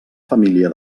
família